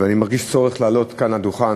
ואני מרגיש צורך לעלות כאן לדוכן,